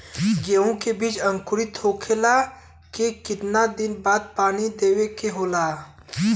गेहूँ के बिज अंकुरित होखेला के कितना दिन बाद पानी देवे के होखेला?